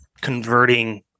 converting